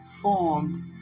formed